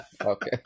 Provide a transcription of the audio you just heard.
Okay